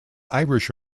irish